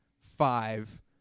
five